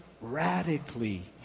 radically